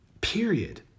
period